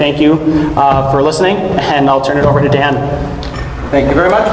thank you for listening and i'll turn it over to dan thank you very much